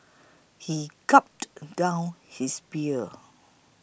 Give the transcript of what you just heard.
he gulped down his beer